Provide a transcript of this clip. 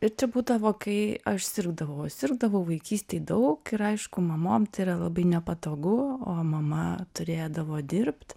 ir čia būdavo kai aš sirgdavau o sirgdavau vaikystėj daug ir aišku mamom tai yra labai nepatogu o mama turėdavo dirbt